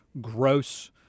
gross